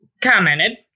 commented